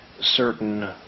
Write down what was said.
certain